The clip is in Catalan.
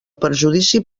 perjudici